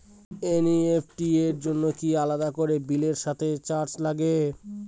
NEFT র জন্য কি আলাদা করে বিলের সাথে চার্জ লাগে?